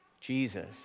Jesus